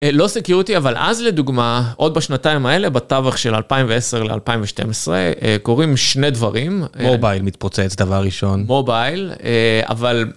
לא security אבל אז לדוגמה עוד בשנתיים האלה בטווח של 2010-2012 קורים שני דברים. מובייל מתפוצץ דבר ראשון. מובייל אבל.